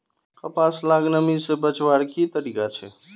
कपास लाक नमी से बचवार की तरीका छे?